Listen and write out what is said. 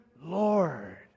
Lord